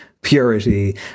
Purity